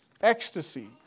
Ecstasy